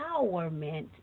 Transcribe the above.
empowerment